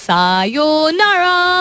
Sayonara